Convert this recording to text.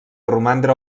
romandre